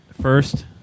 first